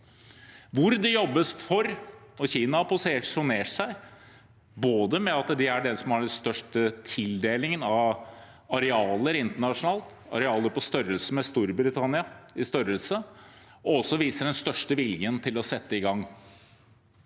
hvor dette jobbes for. Kina har posisjonert seg både med at det er de som har den største tildelingen av arealer internasjonalt, arealer på størrelse med Storbritannia, og også viser den største viljen til å sette i gang.